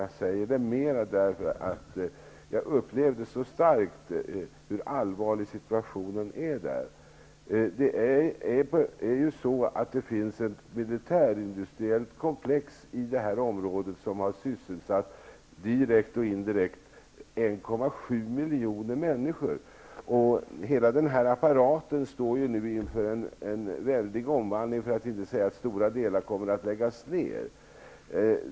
Jag säger detta mer för att jag upplevde så starkt hur allvarlig situationen är där. Det finns ett militärindustriellt komplex i S:t Petersburgsområdet som har sysselsatt direkt och indirekt 1,7 miljoner människor. Hela den apparaten står inför en väldig omvandling, och stora delar kommer att läggas ner.